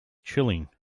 chilling